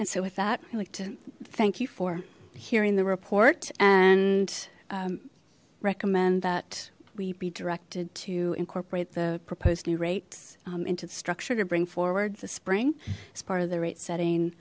and so with that i like to thank you for hearing the report and recommend that we be directed to incorporate the proposed new rates into the structure to bring forward the spring as part of the rate setting